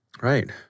Right